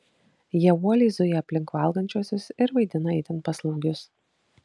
jie uoliai zuja aplink valgančiuosius ir vaidina itin paslaugius